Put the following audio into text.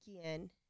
again